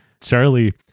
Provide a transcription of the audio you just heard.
Charlie